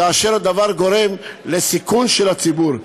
והדבר גורם לסיכון של הציבור.